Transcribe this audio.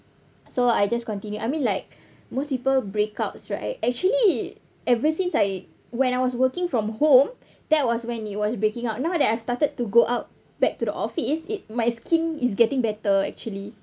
so I just continue I mean like most people breakouts right actually ever since I when I was working from home that was when it was breaking out now that I've started to go out back to the office it my skin is getting better actually